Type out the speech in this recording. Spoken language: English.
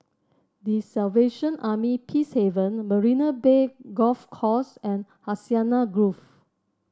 The Salvation Army Peacehaven Marina Bay Golf Course and Hacienda Grove